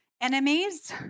Enemies